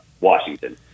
Washington